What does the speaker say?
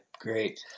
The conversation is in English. great